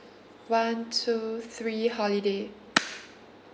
one two three holiday